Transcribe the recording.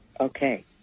Okay